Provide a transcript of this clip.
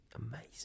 amazing